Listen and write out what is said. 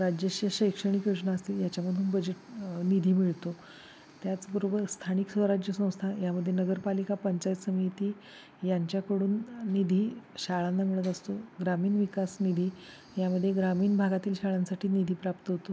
राज्याच्या शैक्षणिक योजना असतील याच्यामधून बजेट निधी मिळतो त्याचबरोबर स्थानिक सुद्धा राज्यसंस्था यामध्ये नगरपालिका पंचायतसमिती यांच्याकडून निधी शाळांना मिळत असतो ग्रामीण विकास निधी यामध्ये ग्रामीण भागातील शाळांसाठी निधी प्राप्त होतो